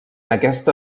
aquesta